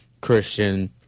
Christian